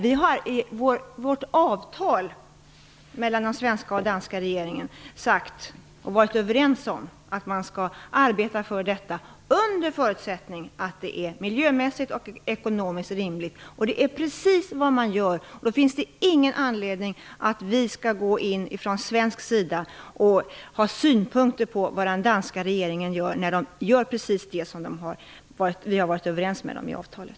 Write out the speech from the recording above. Vi har i vårt avtal mellan den svenska och den danska regeringen varit överens om att man skall arbeta för förbindelsen under förutsättning att det är miljömässigt och ekonomiskt rimligt. Det är också precis vad man gör. Därför finns det ingen anledning att från svensk sida ha synpunkter på vad den danska regeringen gör, eftersom de gör precis det som vi har kommit överens om i avtalet.